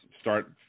start